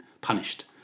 punished